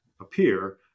appear